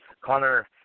Connor